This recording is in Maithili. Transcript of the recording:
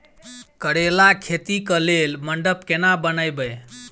करेला खेती कऽ लेल मंडप केना बनैबे?